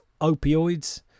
opioids